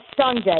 Sunday